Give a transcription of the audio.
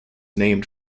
named